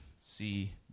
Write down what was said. see